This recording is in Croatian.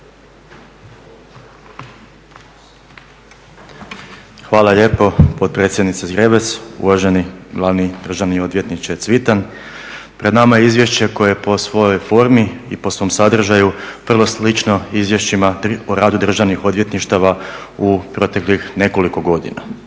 Hvala lijepo potpredsjednice Zgrebec, uvaženi glavni državni odvjetniče Cvitan. Pred nama je izvješće koje je po svojoj formi i po svom sadržaju vrlo slično izvješćima o radu državni odvjetništava u proteklih nekoliko godina.